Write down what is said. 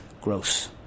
Gross